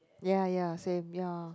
ya ya same ya